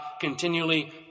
continually